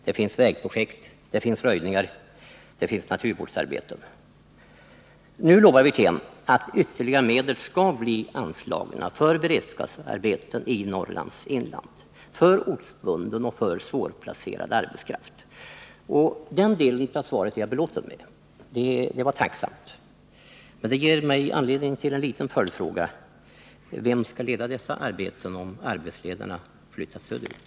Det finns vägprojekt, röjningar och naturvårdsarbeten. Nu lovar arbetsmarknadsminister Wirtén att medel även i fortsättningen skall bli anslagna för beredskapsarbeten i Norrlands inland, för ortsbunden och svårplacerad arbetskraft. Den delen av svaret är jag belåten med och tacksam för. Det ger mig anledning till en liten följdfråga: Vem skall leda dessa arbeten om arbetsledarna flyttas söderut?